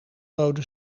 rode